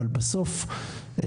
אבל בסוף,